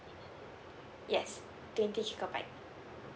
yes twenty gigabyte